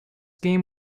game